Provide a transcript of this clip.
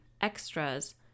extras